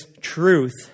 truth